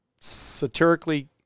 satirically